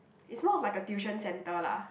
is more of like a tuition centre lah